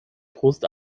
frust